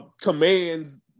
commands